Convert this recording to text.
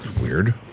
Weird